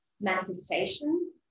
manifestation